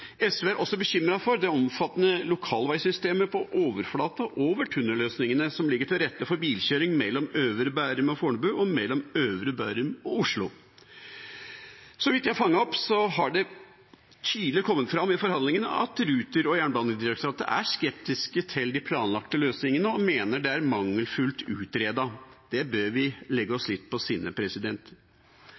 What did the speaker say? SV er uansvarlig. SV er også bekymret for det omfattende lokalveisystemet på overflate over tunnelløsningene som legger til rette for bilkjøring mellom øvre Bærum og Fornebu og mellom øvre Bærum og Oslo. Så vidt jeg har fanget opp, har det tydelig kommet fram i forhandlingene at Ruter og Jernbanedirektoratet er skeptiske til de planlagte løsningene og mener det er mangelfullt utredet. Det bør vi legge oss litt på sinne.